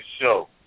show